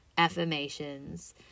affirmations